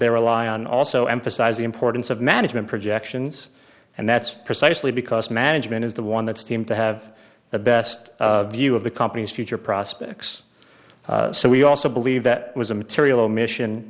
they rely on also emphasize the importance of management projections and that's precisely because management is the one that seemed to have the best view of the company's future prospects so we also believe that was a material omission